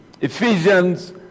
Ephesians